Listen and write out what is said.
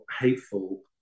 hateful